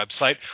website